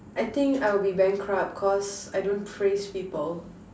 I think I'll be bankrupt cause I don't praise people